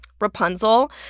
Rapunzel